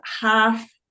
half